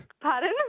Pardon